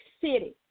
city